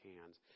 hands